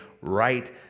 right